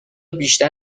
بیشتر